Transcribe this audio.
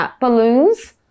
Balloons